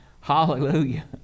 Hallelujah